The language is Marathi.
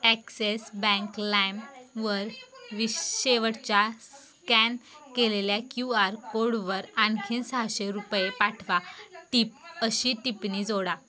ॲक्सेस बँक लायम वर वि शेवटच्या स्कॅन केलेल्या क्यू आर कोडवर आणखीन सहाशे रुपये पाठवा टिप अशी टिप्पणी जोडा